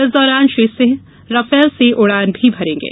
इस दौरान श्री सिंह राफेल से उड़ान भी भरेंगे